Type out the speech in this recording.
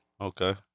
Okay